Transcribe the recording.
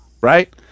right